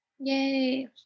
yay